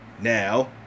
Now